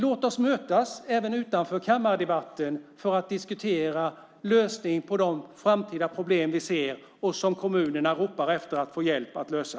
Låt oss mötas även utanför kammardebatten för att diskutera lösningen på de framtida problem vi ser och som kommunerna ropar efter att få hjälp att lösa.